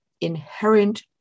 inherent